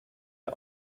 der